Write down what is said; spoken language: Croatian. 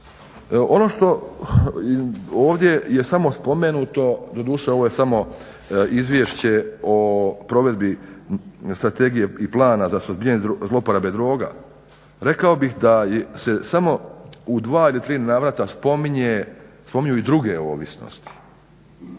Ono što ovdje je samo spomenuto, doduše ovo je samo Izvješće o provedbi Strategije i plana za suzbijanje zlouporabe droga rekao bih da se samo u 2 ili 3 navrata spominju i druge ovisnosti.